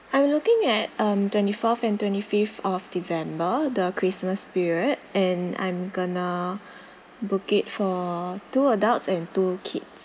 I am looking at um twenty fourth and twenty fifth of december the christmas period and I'm going to book it for two adults and two kids